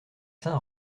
saint